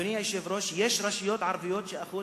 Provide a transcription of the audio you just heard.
אדוני היושב-ראש, יש רשויות ערביות ששיעור